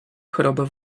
chorobę